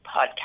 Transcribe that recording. podcast